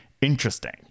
interesting